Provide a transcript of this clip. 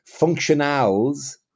functionals